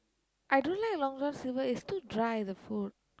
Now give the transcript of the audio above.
I don't like Long-John-Silver is too dry the food